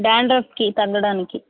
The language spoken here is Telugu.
డ్యాండ్రఫ్కి తగ్గడానికి